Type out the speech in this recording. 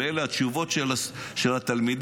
ואלה התשובות של התלמידים,